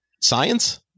science